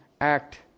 act